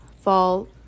fall